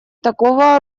такого